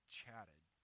chatted